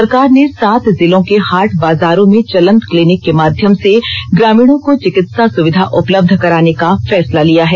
सरकार ने सात जिलों के हाट बजारों में चलंत क्लिनिक के माध्यम से ग्रामीणों को चिकित्सा सुविधा उपलब्ध कराने का फैसला लिया है